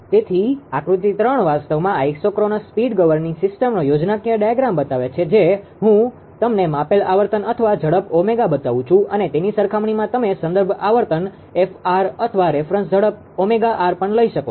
તેથી આકૃતિ 3 વાસ્તવમાં આઇસોક્રોનસ સ્પીડ ગવર્નિંગ સિસ્ટમનો યોજનાકીય ડાયાગ્રામ બતાવે છે હું તમને માપેલ આવર્તન અથવા ઝડપ બતાવું છુ અને તેની સરખામણીમાં તમે સંદર્ભ આવર્તન 𝐹𝑟 અથવા રેફરન્સ ઝડપ 𝜔𝑟 પણ લઇ શકો છો